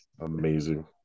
Amazing